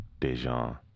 Dejan